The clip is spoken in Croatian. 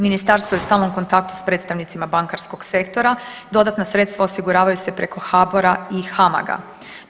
Ministarstvo je u stalnom kontaktu s predstavnicima bankarskog sektora, dodatna sredstva osiguravaju se preko HABOR-a i HAMAG-a.